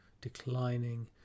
declining